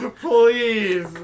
please